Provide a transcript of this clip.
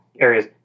areas